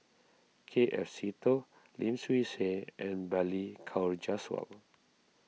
K F Seetoh Lim Swee Say and Balli Kaur Jaswal